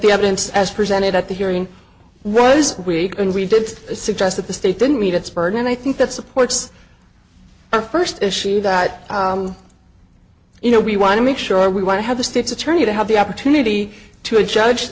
the evidence as presented at the hearing was weak and we did suggest that the state didn't meet its burden and i think that supports our first issue that you know we want to make sure we want to have the state's attorney to have the opportunity to a judge